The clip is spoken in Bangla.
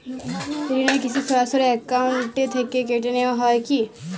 ঋণের কিস্তি সরাসরি অ্যাকাউন্ট থেকে কেটে নেওয়া হয় কি?